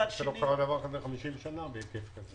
לא קרה דבר בהיקף כזה